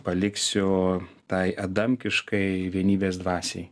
paliksiu tai adamkiškai vienybės dvasiai